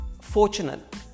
fortunate